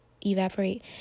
evaporate